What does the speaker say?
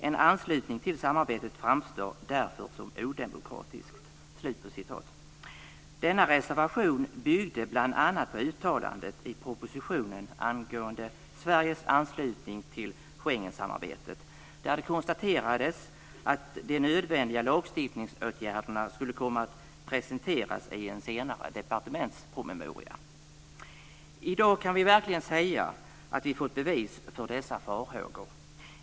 En anslutning till samarbetet framstår därför som odemokratisk." Schengensamarbetet, där det konstaterades att de nödvändiga lagstiftningsåtgärderna skulle komma att presenteras i en senare departementspromemoria. I dag kan vi verkligen säga att vi fått bevis för dessa farhågor.